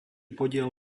podiel